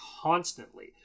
constantly